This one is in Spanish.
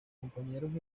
compañeros